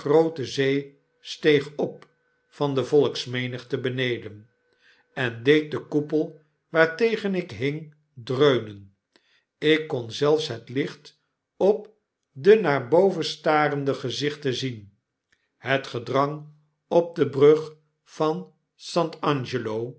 zee steeg op van de volksmenigte beneden en deed den koepel waartegen ik hing dreunen ik kon zelfs het licht op de naar boven starende gezichten zien het gedrang op de brug van st